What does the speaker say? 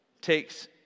takes